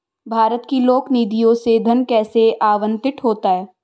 भारत की लोक निधियों से धन कैसे आवंटित होता है?